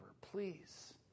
Please